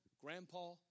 grandpa